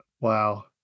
Wow